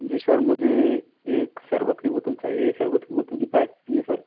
जी sir मुझे एक शरबत की बोतल चाहिए शरबत की बोतल की प्राइस कितनी है सर